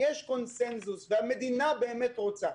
יש קונצנזוס והמדינה באמת רוצה,